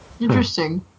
Interesting